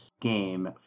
game